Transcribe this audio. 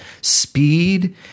speed